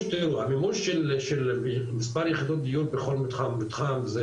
המימוש של מספר יחידות דיור בכל מתחם ומתחם,